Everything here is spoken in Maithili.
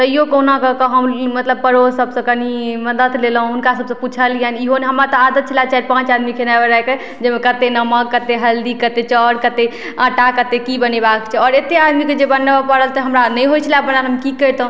तैयौ कहुना कऽके हम मतलब पड़ोस सबसँ कनि मदत लेलहुण हुनका सबसँ पुछलियनि इहो ने हमर तऽ आदत छलै चारि पाँच आदमीके खेनाय बनायके जइमे कत्ते नमक कते हल्दी कते चाउर कते आटा कते की बनेबाक छै आओर अते आदमीके जे बनबऽ पड़त तऽ हमरा नहि होइ छलै बनायल हम की करितहुँ